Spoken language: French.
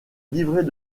livret